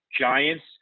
giants